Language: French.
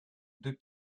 deux